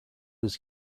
his